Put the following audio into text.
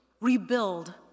rebuild